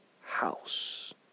house